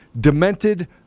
demented